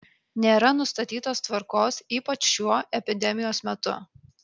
nėra nustatytos tvarkos ypač šiuo epidemijos metu